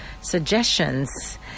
suggestions